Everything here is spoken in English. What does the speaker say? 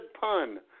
pun